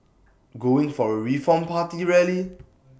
going for A reform party rally